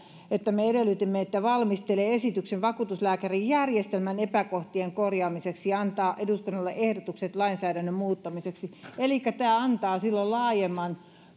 siten että me edellytimme että valtioneuvosto valmistelee esityksen vakuutuslääkärijärjestelmän epäkohtien korjaamiseksi ja antaa eduskunnalle ehdotukset lainsäädännön muuttamiseksi elikkä tämä antaa silloin